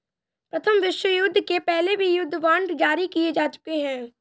प्रथम विश्वयुद्ध के पहले भी युद्ध बांड जारी किए जा चुके हैं